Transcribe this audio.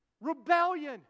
rebellion